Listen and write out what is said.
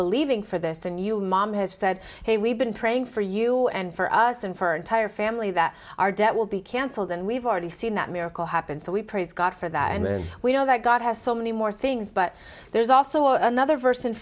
believing for this and you mom have said hey we've been praying for you and for us and for entire family that our debt will be cancelled and we've already seen that miracle happen so we praise god for that and we know that god has so many more things but there's also another vers